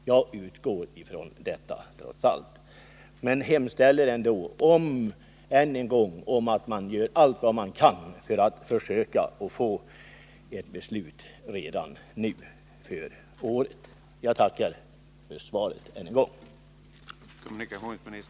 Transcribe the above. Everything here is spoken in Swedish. Jag utgår trots allt från detta, men hemställer ändå om att man gör allt man kan för att försöka få ett beslut redan nu för innevarande vår. Jag tackar än en gång för svaret.